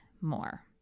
more